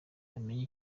bamenye